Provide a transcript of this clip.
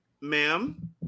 Ma'am